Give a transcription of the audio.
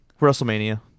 WrestleMania